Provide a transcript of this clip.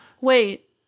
wait